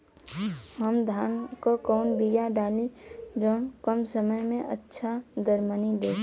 हम धान क कवन बिया डाली जवन कम समय में अच्छा दरमनी दे?